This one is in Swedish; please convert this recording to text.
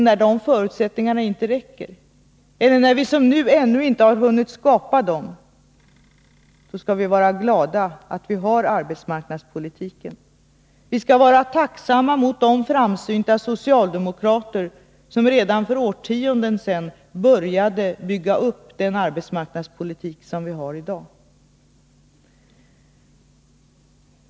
När de förutsättningarna inte räcker eller när vi, som nu, ännu inte har hunnit skapa dem, skall vi vara glada för att arbetsmarknadspolitiken finns. Vi skall vara tacksamma mot de framsynta socialdemokrater som redan för årtionden sedan började bygga upp den arbetsmarknadspolitik som vi i dag har.